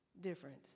different